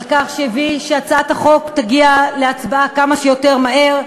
על שהביא לכך שהצעת החוק תגיע להצבעה כמה שיותר מהר,